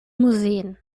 museen